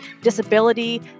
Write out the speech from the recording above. disability